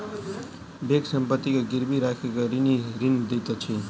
bank संपत्ति के गिरवी राइख के ऋणी के ऋण दैत अछि